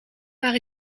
maar